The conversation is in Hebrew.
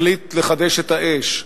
החליט לחדש את האש,